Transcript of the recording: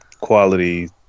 quality